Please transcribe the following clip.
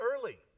early